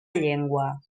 llengua